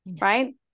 Right